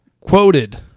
quoted